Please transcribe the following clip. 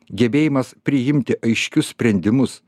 gebėjimas priimti aiškius sprendimus